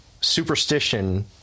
superstition